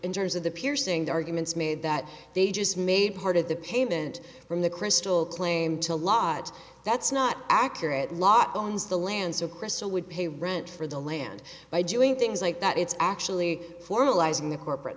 in terms of the piercing the arguments made that they just made part of the payment from the crystal claim to a lot that's not accurate lot owns the land so crystal would pay rent for the land by doing things like that it's actually for